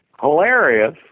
hilarious